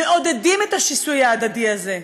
מעודדים את השיסוי ההדדי הזה.